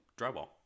drywall